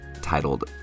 titled